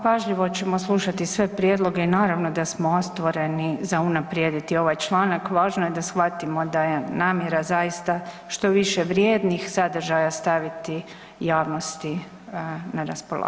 Pažljivo ćemo slušati sve prijedloge i naravno da otvoreni za unaprijediti ovaj članak važno je da shvatimo da je namjera zaista što više vrijednih sadržaja staviti javnosti na raspolaganje.